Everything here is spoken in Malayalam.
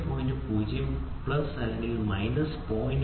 0 പ്ലസ് അല്ലെങ്കിൽ മൈനസ് 0